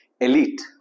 Elite